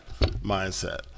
mindset